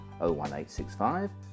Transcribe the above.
01865